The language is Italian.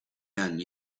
anni